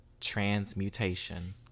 transmutation